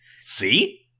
See